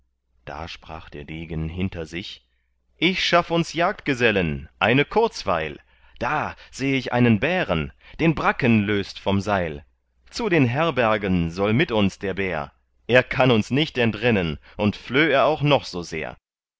da sprach der degen hinter sich ich schaff uns jagdgesellen eine kurzweil da seh ich einen bären den bracken löst vom seil zu den herbergen soll mit uns der bär er kann uns nicht entrinnen und flöh er auch noch so sehr